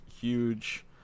huge